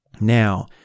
Now